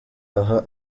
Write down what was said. aha